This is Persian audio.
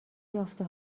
یافته